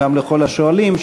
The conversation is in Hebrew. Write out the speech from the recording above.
וגם לכל השואלים,